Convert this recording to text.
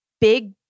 big